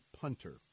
punter